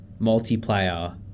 multiplayer